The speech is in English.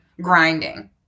Grinding